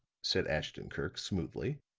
said ashton-kirk, smoothly,